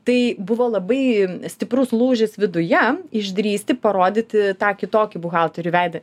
tai buvo labai stiprus lūžis viduje išdrįsti parodyti tą kitokį buhalterių veidą